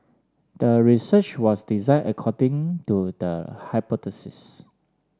the research was design according to the hypothesis